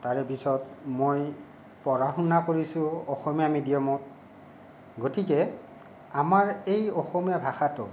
তাৰপিছত মই পঢ়া শুনা কৰিছোঁ অসমীয়া মিডিয়ামত গতিকে আমাৰ এই অসমীয়া ভাষাটো